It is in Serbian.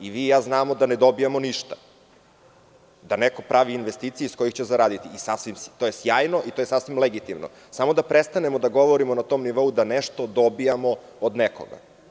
I vi i ja znamo da ne dobijamo ništa, da neko pravi investicije iz kojih će zaraditi, to je sjajno i to je sasvim legitimno, samo da prestanemo da govorimo na tom nivou da nešto dobijamo od nekoga.